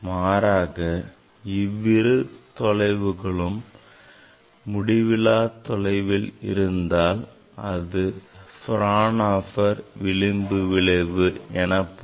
மாறாக இவ்விரு தொலைவுகளும் முடிவிலா தொலைவில் இருந்தால் அது Fraunhofer விளிம்பு விளைவு எனப்படும்